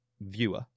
viewer